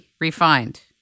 refined